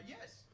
Yes